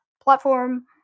platform